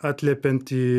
atliepiant į